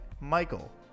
Michael